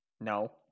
No